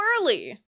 early